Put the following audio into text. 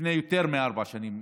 לפני יותר מארבע שנים,